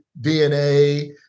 DNA